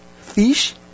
fish